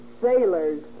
Sailors